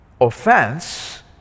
offense